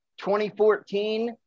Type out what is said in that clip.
2014